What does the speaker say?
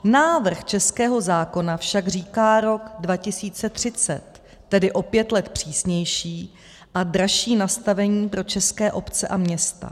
Návrh českého zákona však říká rok 2030, tedy o pět let přísnější a dražší nastavení pro české obce a města.